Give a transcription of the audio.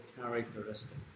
characteristic